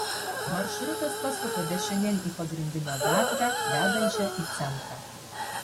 maršrutas pasuka dešinėn į pagrindinę gatvę vedančią į centrą